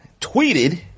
tweeted